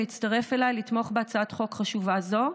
להצטרף אליי לתמוך בהצעת חוק חשובה זו,